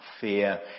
fear